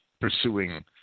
pursuing